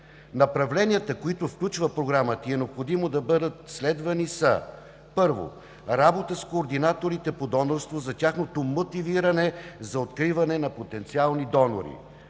Направленията, които включва Програмата и е необходимо да бъдат следвани, са: 1. работа с координаторите по донорство за тяхното мотивиране за откриване на потенциални донори;